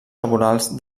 laborals